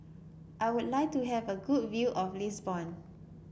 I would like to have a good view of Lisbon